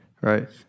right